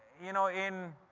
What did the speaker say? you know in,